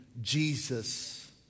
Jesus